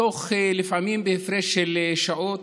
לפעמים בהפרש של שעות.